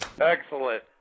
excellent